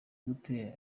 gute